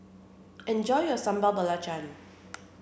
enjoy your Sambal Belacan